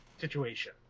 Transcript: situation